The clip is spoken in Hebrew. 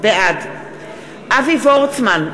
בעד אבי וורצמן,